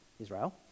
Israel